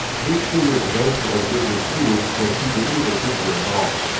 make sure your condenser has rigorous cooling to keep your ether from boiling off.